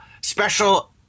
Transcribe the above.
special